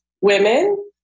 women